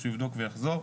שהוא יבדוק ויחזור,